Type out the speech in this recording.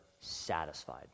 satisfied